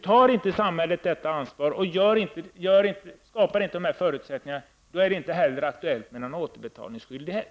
Tar samhället inte det ansvaret och skapas inte de förutsättningarna är det heller inte aktuellt med någon återbetalningsskyldighet.